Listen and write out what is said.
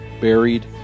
buried